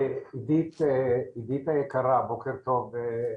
עידית היקרה בוקר טוב.